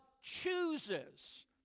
chooses